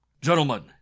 Gentlemen